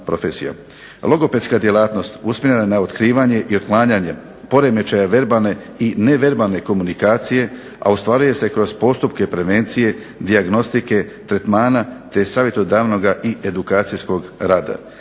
Logopedska djelatnost usmjerena na otkrivanje i otklanjanje poremećaja verbalne i neverbalne komunikacije, a ostvaruje se kroz postupke prevencije, dijagnostike, tretmana, te savjetodavnoga i edukacijskog rada.